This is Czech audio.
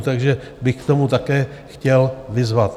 Takže bych k tomu také chtěl vyzvat.